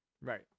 Right